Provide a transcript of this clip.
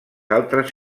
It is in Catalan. altres